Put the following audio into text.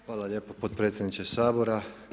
Hvala lijepo potpredsjedniče Sabora.